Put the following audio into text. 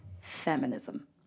feminism